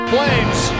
Flames